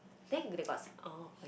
then they got s~ oh okay